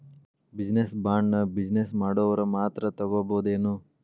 Business ಬಾಂಡ್ನ business ಮಾಡೊವ್ರ ಮಾತ್ರಾ ತಗೊಬೊದೇನು?